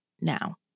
now